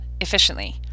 efficiently